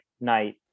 night